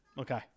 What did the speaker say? Okay